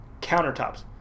countertops